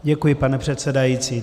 Děkuji, pane předsedající.